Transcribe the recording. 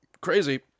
Crazy